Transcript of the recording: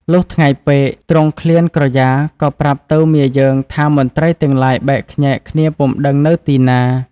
លុះថ្ងៃពេក ទ្រង់ឃ្លានក្រយាក៏ប្រាប់ទៅមាយើងថាមន្ត្រីទាំងឡាយបែកខ្ញែកគ្នាពុំដឹងនៅទីណា។